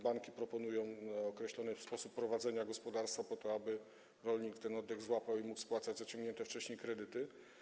Banki proponują określony sposób prowadzenia gospodarstwa po to, aby rolnik złapał oddech i mógł spłacać zaciągnięte wcześniej kredyty.